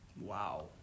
wow